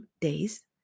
days